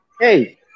Hey